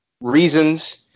reasons